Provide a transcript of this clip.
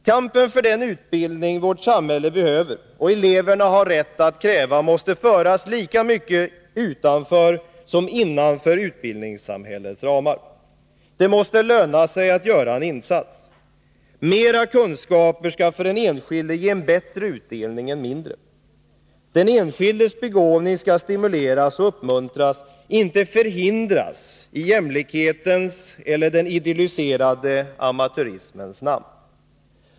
Kampen för den utbildning som vårt samhälle behöver och som eleverna har rätt att kräva måste föras lika mycket utanför som innanför utbildningssamhällets ramar. Det måste löna sig att göra en insats. Mera kunskaper skall för den enskilde ge en bättre utdelning än mindre. Den enskildes begåvning skall stimuleras och uppmuntras, inte förhindras i jämlikhetens och den idylliserade amatörismens namn.